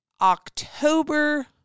October